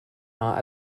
not